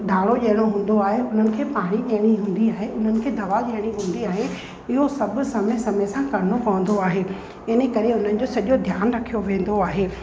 धाणो ॾियणो हूंदो आहे उन्हनि खे पाणी ॾियणी हूंदी आहे उन्हनि खे दवा ॾियणी हूंदी आहे इहो सभु समय समय सां करिणो पवंदो आहे इन करे उन्हनि जो सॼो ध्यानु रखियो वेंदो आहे